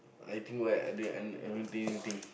I think right I don't I haven't think anything